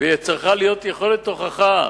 וצריכה להיות הוכחה,